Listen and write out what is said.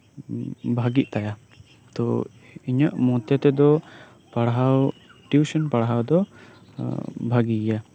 ᱵᱷᱟᱜᱮᱜ ᱛᱟᱭᱟ ᱛᱚ ᱤᱧᱟᱜ ᱢᱚᱛᱮ ᱛᱮᱫᱚ ᱯᱟᱲᱦᱟᱣ ᱴᱤᱭᱩᱥᱮᱱ ᱯᱟᱲᱦᱟᱣ ᱫᱚ ᱵᱷᱟᱜᱮ ᱜᱮᱭᱟ